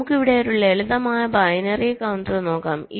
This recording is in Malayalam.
അതിനാൽ നമുക്ക് ഇവിടെ ഒരു ലളിതമായ ബൈനറി കൌണ്ടർ നോക്കാം